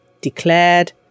declared